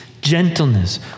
gentleness